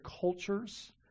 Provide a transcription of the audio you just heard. cultures